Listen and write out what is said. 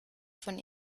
von